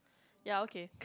ya okay